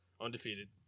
Undefeated